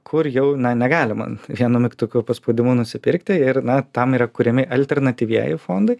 kur jau na negalima vienu mygtuko paspaudimu nusipirkti ir na tam yra kuriami alternatyvieji fondai